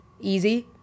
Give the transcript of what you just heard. easy